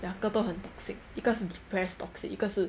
两个都很 toxic 一个 depress toxic 一个是